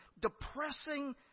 depressing